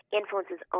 influences